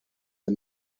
the